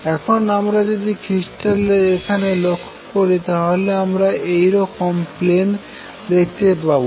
এখন আমরা যদি ক্রিস্টালের এখানে লক্ষ্য করি তাহলে আমরা এইরকম প্লেন দেখতে পাবো